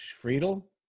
Friedel